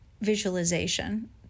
visualization